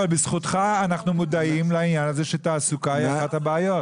אבל בזכותך אנחנו מודעים לעניין הזה שתעסוקה היא אחת הבעיות.